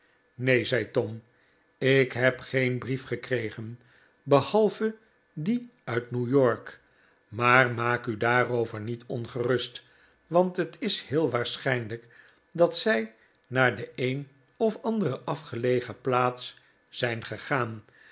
neen zei tom ik heb geen brief gekregen behalve dien uit new york maar maak u daarover niet ongerust want het is heel waarschijnlijk dat zij naar de een of andere afgelegen plaats zijn gegaan